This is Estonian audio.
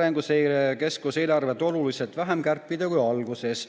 Arenguseire Keskuse eelarvet oluliselt vähem kärpida kui alguses.